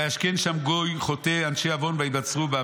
וישכון שם גוי חוטא אנשי אוון ויתבצרו בה.